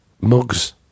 mugs